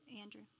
Andrew